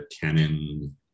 Canon